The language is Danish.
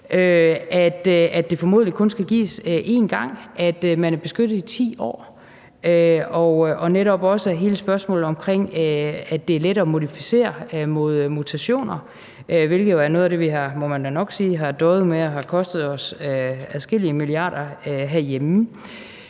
kun skal gives en gang, at man er beskyttet i 10 år. Og så er der netop også hele spørgsmålet om, at den er lettere at modificere mod mutationer, hvilket jo er noget af det, vi da nok må sige vi har døjet med, og som har kostet os adskillige milliarder herhjemme.